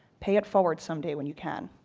pay it forward some day when you can.